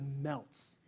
melts